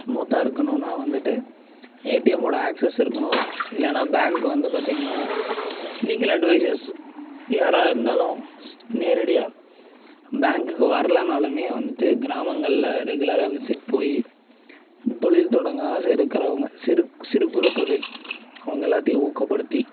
ஸ்மூத்தாக இருக்குணும்னா வந்துட்டு ஏடிஎம்மோடய அக்சஸ் இருக்குணும் இல்லைனா பேங்க் வந்து பார்த்தீங்கனா லீகல் அட்வைஸஸ் யாராவது இருந்தாலும் நேரடியாக பேங்க்குக்கு வரலனாலுமே வந்துட்டு கிராமங்கள்ல ரெகுலராக விசிட் போய் தொழில் தொடங்க ஆசை இருக்குறவங்க சிறு சிறு குறு தொழில் அவங்க எல்லாத்தையும் ஊக்கப்படுத்தி